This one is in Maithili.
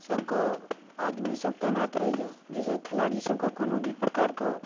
सभके आदमीसभ तैनात रहैए जाहिसँ खेलाड़ीसभके कोनो भी प्रकारके